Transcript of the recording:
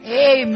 Amen